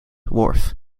worth